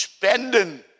Spenden